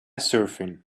surfing